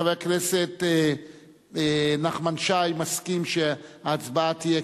חבר הכנסת נחמן שי מסכים שההצבעה תהיה,